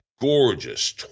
gorgeous